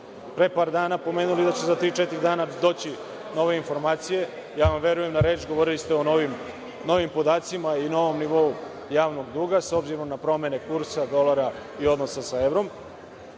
pre par dana pomenuli da će za tri, četiri dana doći nove informacije, ja vam verujem na reč. govorili ste o novim podacima i novom nivou javnog duga, obzirom na promene kursa dolara i odnosa sa evrom,